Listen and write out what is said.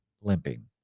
limping